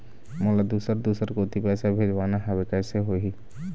मोला दुसर दूसर कोती पैसा भेजवाना हवे, कइसे होही?